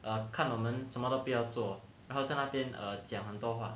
err 看我们怎么都不要做然后在那边 err 讲很多话